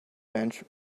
bench